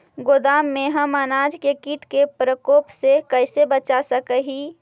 गोदाम में हम अनाज के किट के प्रकोप से कैसे बचा सक हिय?